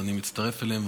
ואני מצטרף אליהן.